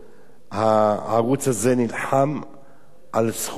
הערוץ הזה נלחם על זכותו,